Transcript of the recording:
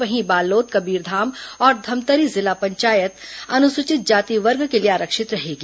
वहीं बालोद कबीरधाम और धमतरी जिला पंचायत अनुसूचित जाति वर्ग के लिए आरक्षित रहेगा